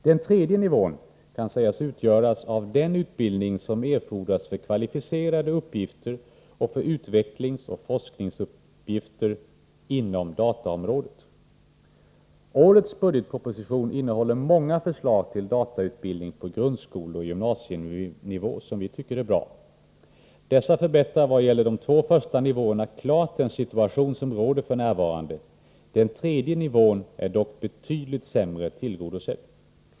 Den tredje nivån kan sägas utgöras av den utbildning som erfordras för kvalificerade uppgifter och för utvecklingsoch forskningsuppgifter inom dataområdet. Årets budgetproposition innehåller många förslag till datautbildning på grundskolor och gymnasienivå som vi tycker är bra. Dessa förbättrar vad gäller de två första nivåerna klart den situation som råder f.n. Den tredje nivån är dock betydligt sämre tillgodosedd.